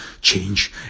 change